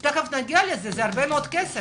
נגיע גם לכסף, זה הרבה כסף